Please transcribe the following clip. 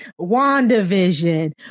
WandaVision